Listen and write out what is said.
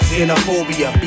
Xenophobia